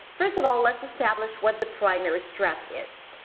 first of all, let's establish what the primary stress is.